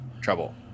trouble